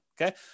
Okay